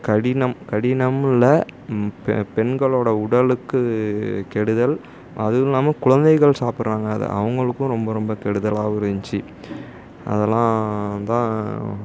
கடினம் கடினம் இல்லை பெ பெண்களோடய உடலுக்கு கெடுதல் அதுவும் இல்லாமல் குழந்தைகள் சாப்பிட்றாங்க அதை அவங்களுக்கும் ரொம்ப ரொம்ப கெடுதலாவும் இருந்துச்சு அதெல்லாம் தான்